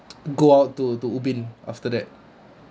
go out to to ubin after that